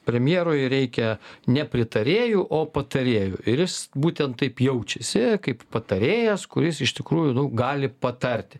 premjerui reikia ne pritarėjų o patarėjų ir jis būtent taip jaučiasi kaip patarėjas kuris iš tikrųjų nu gali patarti